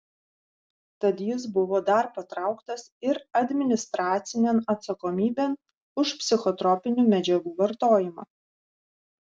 tad jis buvo dar patrauktas ir administracinėn atsakomybėn už psichotropinių medžiagų vartojimą